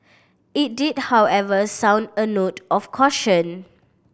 it did however sound a note of caution